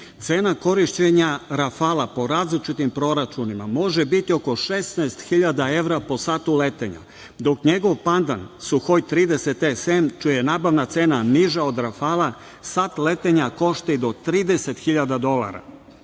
cena korišćenja "Rafala", po različitim proračunima, može biti oko 16 hiljada evra po satu letenja, dok njegov pandan, "Suhoi 30 SN", čija je nabavna cena niža od "Rafala", sat letenja košta i do 30 hiljada